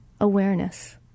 awareness